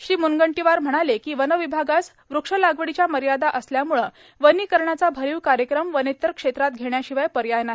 श्री म्रनगंटीवार म्हणाले की वन विभागास वृक्ष लागवडीच्या मर्यादा असल्यामुळं वनीकरणाचा भरीव कार्यक्रम वनेत्तर क्षेत्रात घेण्याशिवाय पर्याय नाही